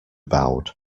bowed